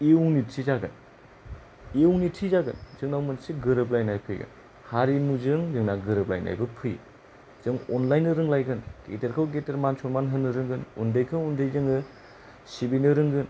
unity जागोन unity जागोन जोंनाव मोनसे गोरोबलायनाय फैगोन हारिमुजों जोंना गोरोबलायनायबो फैयो जों अनलायनो रोंलायगोन गेदेरखौ गेदेर मान सनमान होनो रोंगोन उन्दैखौ उन्दै जोङो सिबिनो रोंगोन